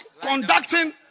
conducting